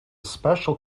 special